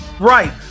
right